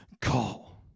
call